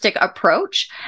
approach